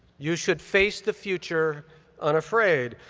you should face the future unafraid.